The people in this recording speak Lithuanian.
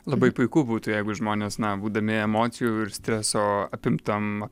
labai puiku būtų jeigu žmonės na būdami emocijų ir streso apimtam